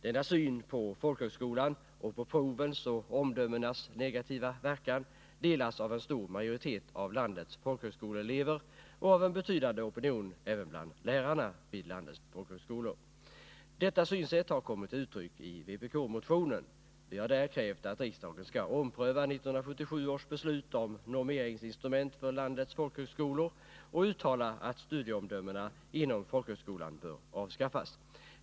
Denna syn på folkhögskolan och på provens och omdömenas negativa verkan delas av en stor majoritet av landets folkhögskoleelever och av en betydande opinion även bland lärarna vid landets folkhögskolor. Detta synsätt har kommit till uttryck i vpk-motionen. Vi har där krävt att riksdagen skall ompröva 1977 års beslut om normeringsinstrument för landets folkhögskolor och uttala att studieomdömena inom folkhögskolan bör avskaffas.